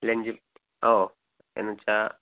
lunch ഓ എന്ന് വെച്ചാൽ